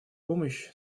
помощь